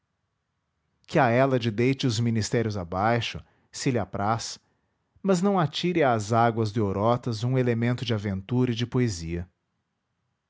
que a hélade deite os ministérios abaixo se lhe apraz mas não atire às águas do eurotas um elemento de aventura e de poesia